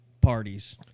parties